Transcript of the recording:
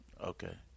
Okay